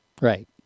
Right